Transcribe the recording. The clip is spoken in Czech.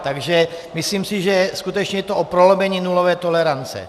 Takže myslím si, že skutečně je to o prolomení nulové tolerance.